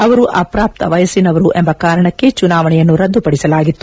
ಅವರು ಅಪಾಪ ವಯಸಿನವರು ಎಂಬ ಕಾರಣಕೆ ಚುನಾವಣೆಯನ್ನು ರದ್ದು ಪಡಿಸಲಾಗಿತ್ತು